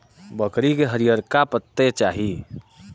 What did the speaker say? बकरी के हरिअरका पत्ते चाही